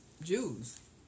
Jews